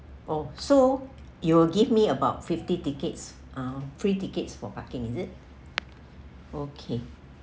oh so you will give me about fifty tickets uh free tickets for parking is it okay